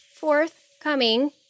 forthcoming